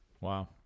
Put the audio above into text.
Wow